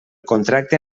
contracte